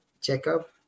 checkup